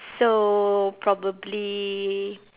so probably